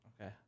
Okay